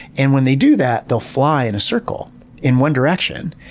and when they do that they'll fly in a circle in one direction,